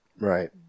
Right